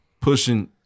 pushing